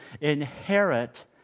inherit